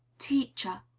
teacher!